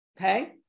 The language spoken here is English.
Okay